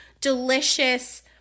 delicious